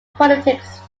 politics